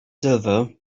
silver